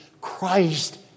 Christ